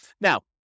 Now